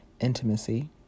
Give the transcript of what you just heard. intimacy